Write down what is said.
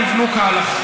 בוודאי דבריי יובנו כהלכה.